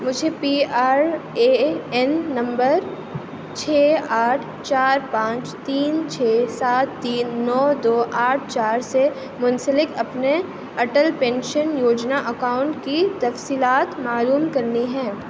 مجھے P R A N نمبر چھ آٹھ چار پانچ تین چھ سات تین نو دو آٹھ چار سے منسلک اپنے اٹل پینشن یوجنا اکاؤنٹ کی تفصیلات معلوم کرنی ہیں